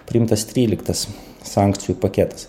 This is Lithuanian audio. priimtas tryliktas sankcijų paketas